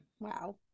wow